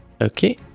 Okay